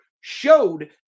showed